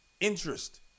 interest